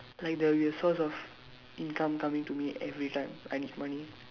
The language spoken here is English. like the resource of income coming to me every time I need money